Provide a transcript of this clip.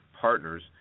partners